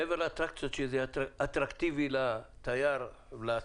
מעבר לאטרקציות, שזה יהיה אטרקטיבי לצרכן.